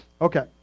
Okay